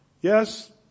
Yes